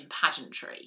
pageantry